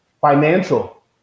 financial